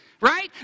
Right